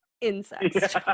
Insects